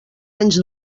anys